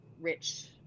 rich